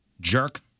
jerk